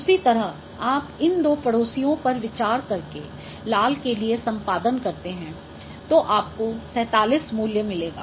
उसी तरह आप इन दो पड़ोसियों पर विचार करके लाल के लिए सम्पादन करते हैं तो आपको 47 मूल्य मिलेगा